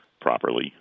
properly